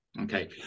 Okay